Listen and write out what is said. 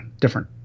different